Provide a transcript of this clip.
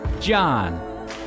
John